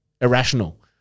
irrational